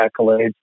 accolades